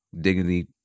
dignity